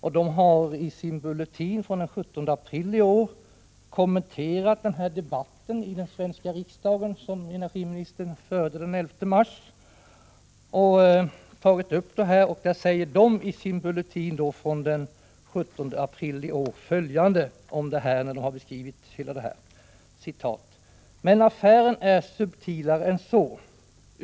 WISE har i sin bulletin från den 17 april i år kommenterat debatten i den svenska riksdagen, och man skriver där följande: ”Men affären är subtilare än så.